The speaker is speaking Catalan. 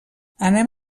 anem